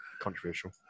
Controversial